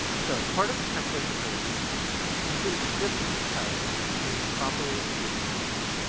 so as part of the templating code we include a script tag containing the properly-escaped string.